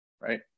right